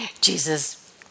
Jesus